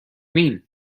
mean